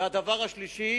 והדבר השלישי